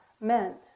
meant